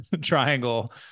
triangle